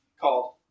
Called